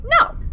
No